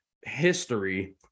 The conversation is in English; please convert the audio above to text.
history